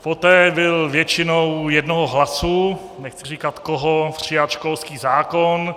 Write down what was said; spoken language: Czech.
Poté byl většinou jednoho hlasu nechci říkat koho přijat školský zákon.